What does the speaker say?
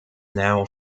now